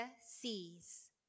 seas